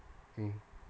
mm